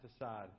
aside